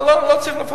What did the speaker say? לא צריך לפרט.